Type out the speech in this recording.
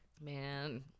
Man